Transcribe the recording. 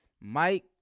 Mike